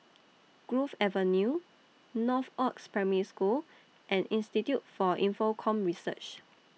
Grove Avenue Northoaks Primary School and Institute For Infocomm Research